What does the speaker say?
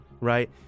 Right